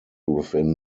within